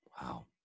Wow